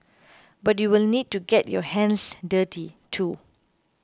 but you will need to get your hands dirty too